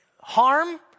harm